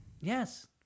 Yes